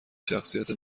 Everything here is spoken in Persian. شخصیت